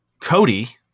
Cody